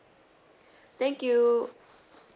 thank you